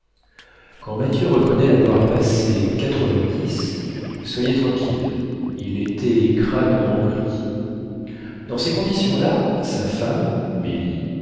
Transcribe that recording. quand mathieu reconnaît avoir passé quatre-vingt-dix soyez tranquille il était crânement gris dans ces occasions là sa femme mélie